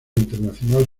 internacional